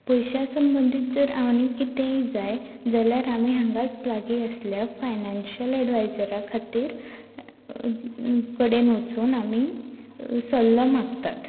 पयशा संबंदींत जर आनी कितेंय जाय जाल्यार आमी हांगाच लागीं आसल्यार फायनांशियल एडवायजरा खातीर कडेन वचून आमी सल्लो मागतात